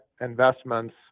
investments